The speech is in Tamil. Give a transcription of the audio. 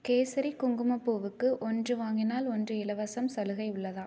கேசரி குங்குமப்பூவுக்கு ஒன்று வாங்கினால் ஒன்று இலவசம் சலுகை உள்ளதா